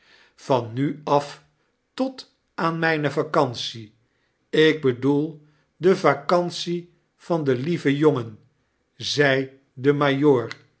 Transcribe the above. van nu af tot aan myne vacantie ik bedoel de vacantie van den lieven jongen zei de